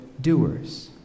doers